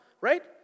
right